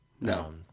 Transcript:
No